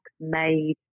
made